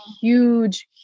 huge